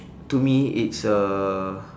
to me it's a